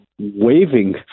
waving